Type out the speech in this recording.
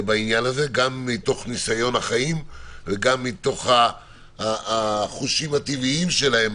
גם מתוך ניסיון החיים וגם מתוך החושים הטבעיים שלהם.